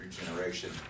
regeneration